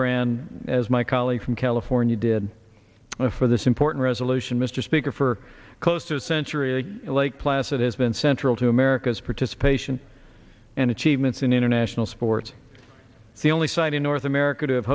gillibrand as my colleague from california did for this important resolution mr speaker for close to a century a lake placid has been central to america's participation and achievements in international sports the only site in north america